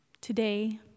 Today